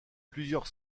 plusieurs